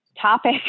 topic